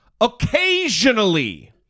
Occasionally